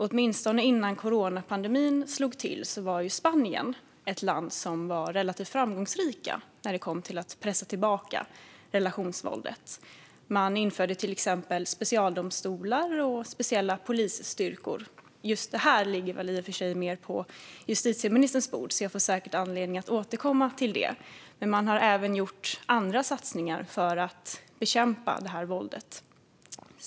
Åtminstone innan coronapandemin slog till var Spanien relativt framgångsrikt i att pressa tillbaka relationsvåldet. Man införde till exempel specialdomstolar och speciella polisstyrkor. Just detta ligger väl mer på justitieministerns bord, så jag får säkert anledning att återkomma. Men man har även gjort andra satsningar för att bekämpa detta våld.